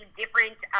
different